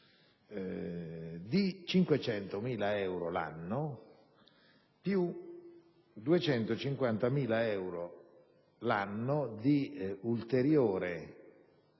di 500.000 euro l'anno, più 250.000 euro l'anno di ulteriore